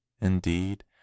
indeed